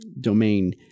domain